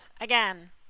again